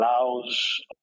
allows